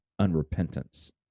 unrepentance